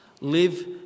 live